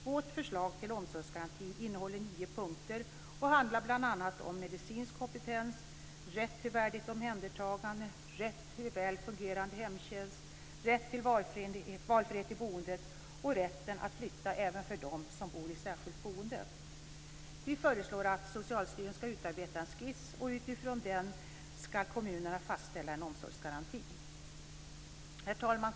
Vårt förslag till omsorgsgaranti innehåller nio punkter och handlar bl.a. om medicinsk kompetens, rätt till ett värdigt omhändertagande, rätt till en väl fungerande hemtjänst, rätt till valfrihet i boendet och rätt att flytta även för dem som bor i särskilt boende. Vi föreslår att Socialstyrelsen ska utarbeta en skiss, och utifrån den ska kommunerna fastställa en omsorgsgaranti. Herr talman!